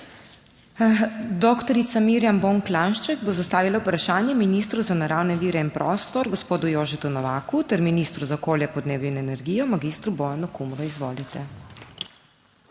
Dr. Mirjam Bon Klanjšček bo zastavila vprašanje ministru za naravne vire in prostor gospodu Jožetu Novaku ter ministru za okolje, podnebje in energijo mag. Bojanu Kumru. Izvolite.